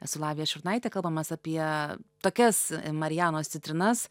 esu lavija šurnaitė kalbamės apie tokias marianos citrinas